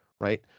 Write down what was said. right